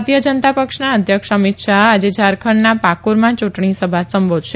ભારતીય જનતા પક્ષના અધ્યક્ષ અમિત શાહ આજે ઝારખંડના પાકુરમાં ચુંટણી સભા સંબોધશે